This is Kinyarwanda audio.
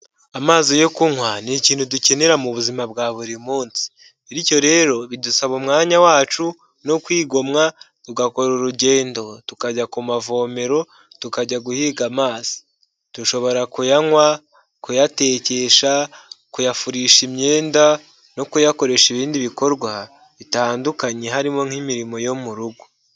Amazi yo kunywa ni ikintu dukenera mu buzima bwa buri munsi; bityo rero bidusaba umwanya wacu no kwigomwa tugakora urugendo tukajya ku mavomero tukajya guhiga amazi. Dushobora kuyanywa, kuyatekesha, kuyafurisha imyenda no kuyakoresha ibindi bikorwa bitandukanye harimo nk'imirimo yo mu rugo.